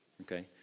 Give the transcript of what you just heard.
Okay